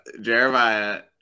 Jeremiah